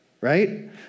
right